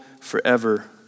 forever